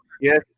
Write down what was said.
Yes